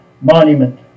monument